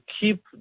keep